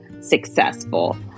successful